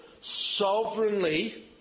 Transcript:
sovereignly